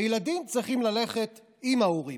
הילדים צריכים ללכת עם ההורים.